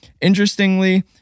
Interestingly